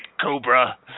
Cobra